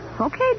Okay